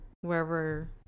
wherever